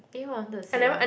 eh what I wanted to say ah